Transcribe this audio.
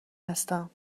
هستم